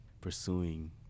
pursuing